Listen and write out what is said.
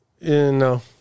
No